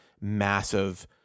massive